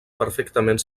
perfectament